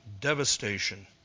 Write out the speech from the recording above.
Devastation